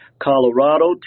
Colorado